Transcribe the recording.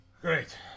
Great